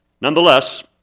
Nonetheless